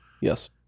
Yes